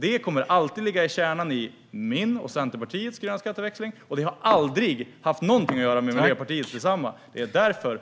Detta kommer alltid att vara kärnan i min och Centerpartiets gröna skatteväxling, och det har aldrig haft något att göra med Miljöpartiets gröna skatteväxling.